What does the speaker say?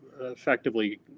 effectively